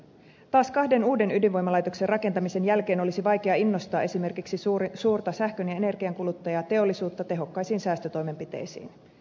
taas kahden uuden ydinvoimalaitoksen rakentamisen jälkeen olisi vaikea innostaa esimerkiksi suurta sähkön ja energiankuluttajaa teollisuutta tehokkaisiin säästötoimenpiteisiin